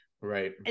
Right